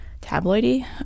tabloidy